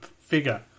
figure